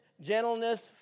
gentleness